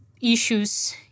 issues